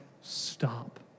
stop